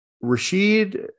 Rashid